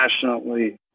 passionately